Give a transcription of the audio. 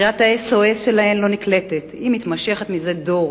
קריאת ה-SOS שלהן לא נקלטת, היא נמשכת זה דור,